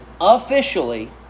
officially